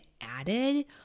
added